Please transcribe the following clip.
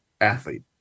athlete